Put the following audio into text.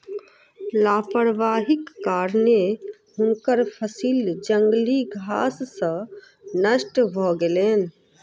लापरवाहीक कारणेँ हुनकर फसिल जंगली घास सॅ नष्ट भ गेलैन